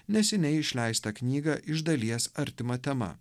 neseniai išleistą knygą iš dalies artima tema